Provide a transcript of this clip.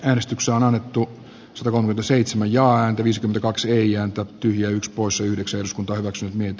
äänestys on annettu ostokohde seitsemän joan viisi kaksi eija antaa tyhjän sposyydeksi uskonto ovat syntyneet